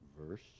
verse